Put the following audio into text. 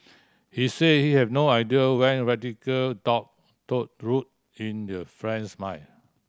he said he had no idea when radical thought took root in their friend's mind